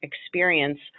experience